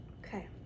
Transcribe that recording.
Okay